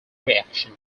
reaction